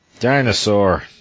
Dinosaur